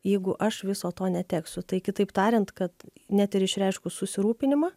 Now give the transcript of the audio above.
jeigu aš viso to neteksiu tai kitaip tariant kad net ir išreiškus susirūpinimą